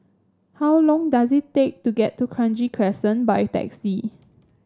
how long does it take to get to Kranji Crescent by taxi